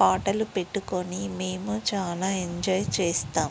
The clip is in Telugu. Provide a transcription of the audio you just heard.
పాటలు పెట్టుకొని మేము చాలా ఎంజాయ్ చేస్తాం